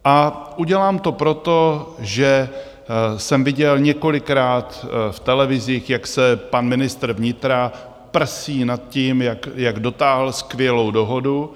A udělám to proto, že jsem viděl několikrát v televizích, jak se pan ministr vnitra prsí nad tím, jak dotáhl skvělou dohodu.